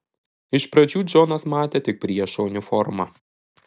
iš pradžių džonas matė tik priešo uniformą